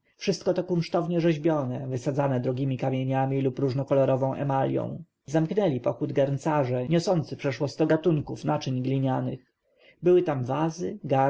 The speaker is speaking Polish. wszystko to kunsztownie rzeźbione wysadzane drogiemi kamieniami lub różnokolorową emalją zamknęli pochód garncarze niosący przeszło sto gatunków naczyń glinianych były tam wazy garnki